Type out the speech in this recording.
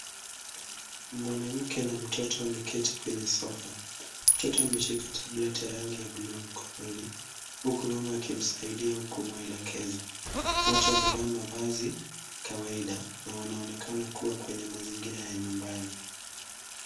Mwanamke na mtoto wameketi kwenye sofa. Mtoto ameshika tablet ya rangi ya bluu mkononi huku mama akimsaidia kumwelekeza. Wote wamevaa mavazi kawaida na wanaonekana kuwa kwenye mazingira ya nyumbani.